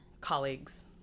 colleagues